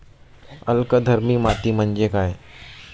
अल्कधर्मी माती म्हणजे काय?